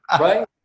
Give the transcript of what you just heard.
right